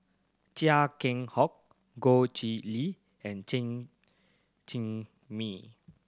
Chia Keng Hock Goh Chiew Lye and Chen Cheng Mei